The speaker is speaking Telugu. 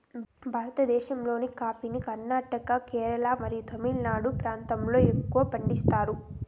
భారతదేశంలోని కాఫీని కర్ణాటక, కేరళ మరియు తమిళనాడు ప్రాంతాలలో ఎక్కువగా పండిస్తారు